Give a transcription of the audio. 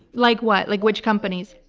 like what? like which companies?